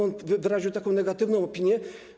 On wyraził taką negatywną opinię.